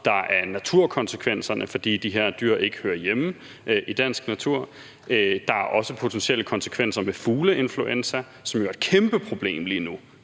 der er naturkonsekvenserne, fordi de her dyr ikke hører hjemme i dansk natur; og der er også potentielle konsekvenser ved fugleinfluenza, som jo er et kæmpeproblem, et